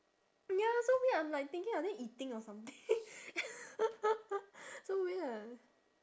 ya so weird I'm like thinking are they eating or something so weird